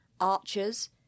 archers